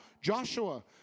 Joshua